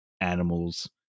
animals